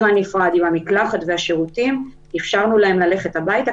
הנפרד והמקלחת והשירותים אפשרנו ללכת הביתה,